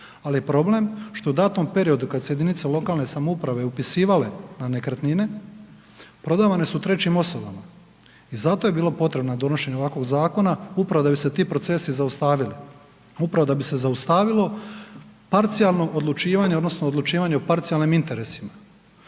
je problem što u datom periodu, kad su se jedinice lokalne samouprave upisivale na nekretnine, prodavane su trećim osobama i zato je bilo potrebno donošenje ovakvog zakona upravo da bi se ti procesi zaustavili, upravo da bi se zaustavilo parcijalno odlučivanje odnosno odlučivanje o parcijalnim interesima.